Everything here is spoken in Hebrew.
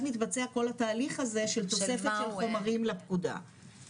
מתבצע כל התהליך הזה של תוספת של חומרים לפקודה,